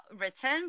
written